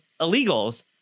illegals